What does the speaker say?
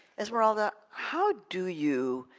esmeralda, how do you,